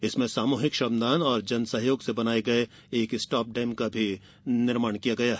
इसमें सामूहिक श्रमदान और जनसहयोग से बनाये गये एक स्टापडैम का निर्माण भी किया गया है